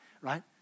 Right